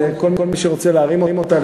וכל מי שרוצה להרים אותה,